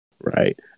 Right